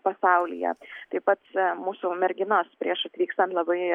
pasaulyje taip pat mūsų merginos prieš atvykstant labai